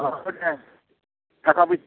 औ दे थाखा फैसा